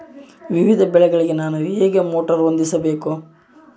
ವಿವಿಧ ಬೆಳೆಗಳಿಗೆ ನಾನು ಹೇಗೆ ಮೋಟಾರ್ ಹೊಂದಿಸಬೇಕು?